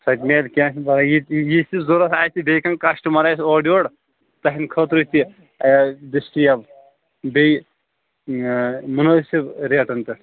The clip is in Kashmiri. سۅ تہِ میلہِ کیٚنٛہہ چھُنہٕ پرواے یُس تہِ یُس تہِ ضروٗرت آسہِ بیٚیہِ کانٛہہ کسٹٕمر آسہِ اورٕیور تٔہٕنٛدِ خأطرٕ تہِ آسہِ دٔستیاب بیٚیہِ مُنٲسِب ریٹن پیٚٹھ